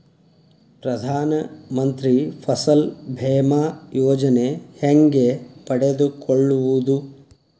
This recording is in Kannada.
ಪ್ರಧಾನ ಮಂತ್ರಿ ಫಸಲ್ ಭೇಮಾ ಯೋಜನೆ ಹೆಂಗೆ ಪಡೆದುಕೊಳ್ಳುವುದು?